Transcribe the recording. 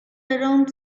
around